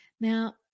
Now